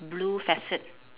blue facade